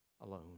alone